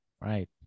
Right